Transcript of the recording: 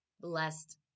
blessed